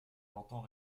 l’entend